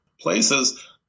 places